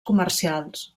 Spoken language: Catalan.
comercials